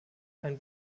ein